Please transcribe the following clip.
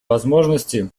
возможности